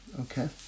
okay